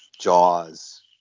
Jaws